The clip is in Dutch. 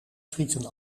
frieten